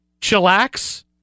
chillax